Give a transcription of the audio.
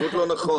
זה פשוט לא נכון.